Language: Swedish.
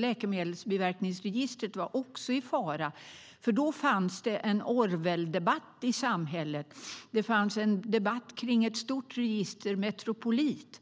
Läkemedelsbiverkningsregistret var också i fara. Då fanns det en Orwelldebatt i samhället. Det rådde en debatt om ett stort register - Metropolit.